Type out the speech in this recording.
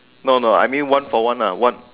no no I mean one for one ah one